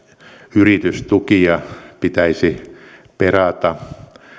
yritystukia pitäisi perata